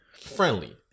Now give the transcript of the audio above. friendly